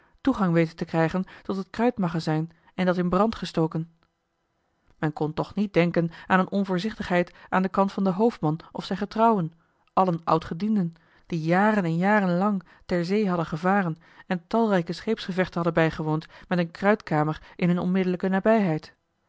toegang weten te krijgen tot het kruitmagazijn en dat in brand gestoken men kon toch niet denken aan een onvoorzichtigheid aan den kant van den hoofdman of zijn getrouwen allen oudgedienden die jaren en jaren lang ter zee hadden gevaren en talrijke scheepsgevechten hadden bijgewoond met een kruitkamer in hun onmiddellijke nabijheid